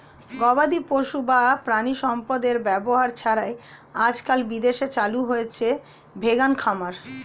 গবাদিপশু বা প্রাণিসম্পদের ব্যবহার ছাড়াই আজকাল বিদেশে চালু হয়েছে ভেগান খামার